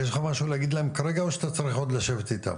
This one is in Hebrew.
יש לך מה משהו להגיד להם כרגע או שאתה צריך עוד לשבת איתם?